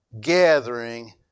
gathering